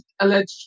alleged